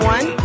One